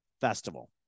festival